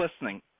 listening